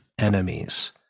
Enemies